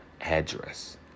address